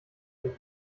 sich